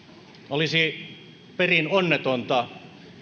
olisi perin onnetonta